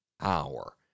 hour